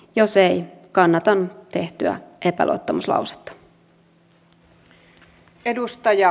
jos ei kannatan tehtyä epäluottamuslausetta